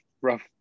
rough